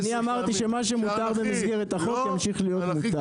אני אמרתי שמה שמותר במסגרת החוק ימשיך להיות מותר.